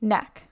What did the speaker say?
Neck